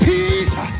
Peace